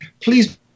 please